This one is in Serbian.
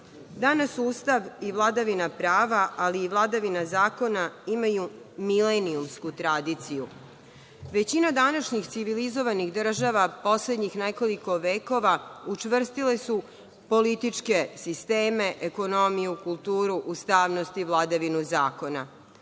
Danas Ustav i vladavina prava, ali i vladavina zakona imaju milenijumsku tradiciju. Većina današnjih civilizovanih država, poslednjih nekoliko vekova, učvrstile su političke sisteme, ekonomiju, kulturu, ustavnost i vladavinu zakona.